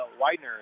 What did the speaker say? Widener